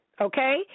Okay